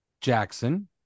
Jackson